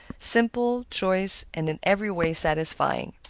simple, choice, and in every way satisfying.